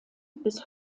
bis